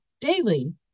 daily